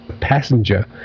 passenger